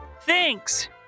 thanks